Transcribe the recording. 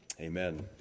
amen